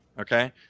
Okay